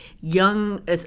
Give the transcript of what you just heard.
young